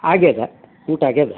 ಆಗಿದೆ ಊಟ ಆಗಿದೆ